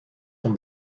from